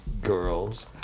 girls